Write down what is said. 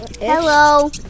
Hello